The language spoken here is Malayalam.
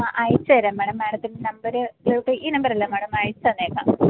ആ അയച്ച് തരാം മാം മാഡത്തിൻ്റെ നമ്പർ ത് ദേ ഈ നമ്പരല്ലേ മാഡം അയച്ച് തന്നേക്കാം